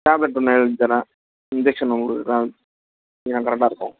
tablet ஒன்று எழுதித்தரேன் injection உங்களுக்கு ஆ எல்லாம் கரெக்டாக இருக்கும்